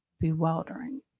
bewildering